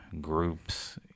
groups